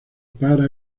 para